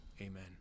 Amen